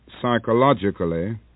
psychologically